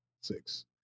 six